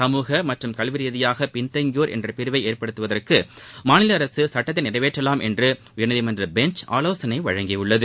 சமூக மற்றும் கல்வி ரீதியாக பின்தங்கியோர் என்ற பிரிவை ஏற்படுத்துவதற்கு மாநில அரசு சுட்டத்தை நிறைவேற்றலாம் என்று உயர்நீதிமன்ற பெஞ்ச் ஆலோசனை வழங்கியுள்ளது